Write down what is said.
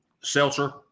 Seltzer